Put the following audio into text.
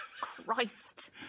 Christ